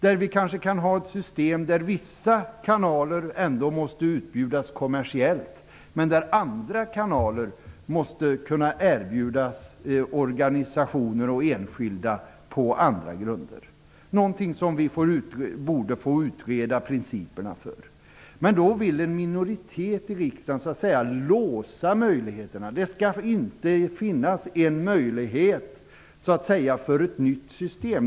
Det gäller kanske ett system där vissa kanaler trots allt måste erbjudas kommersiellt men där andra kanaler utbjuds till organisationer och enskilda på andra grunder. Vi borde få utreda principerna för detta. Men en minoritet i riksdagen vill låsa möjligheterna härtill. Man vill inte att det skall finnas en möjlighet till ett nytt system.